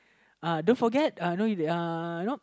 uh don't forget uh know uh you know